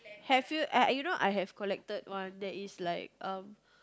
have you uh you know I have collected one that is like uh